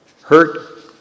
hurt